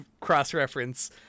cross-reference